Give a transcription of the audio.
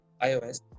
iOS